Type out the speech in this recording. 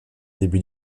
débuts